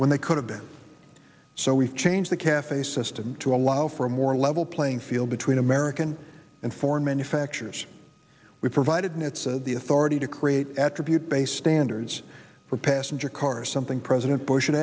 when they could have been so we change the cafe system to allow for a more level playing field between american and foreign manufacturers we provided it's the authority to create attribute based standards for passenger cars something president bush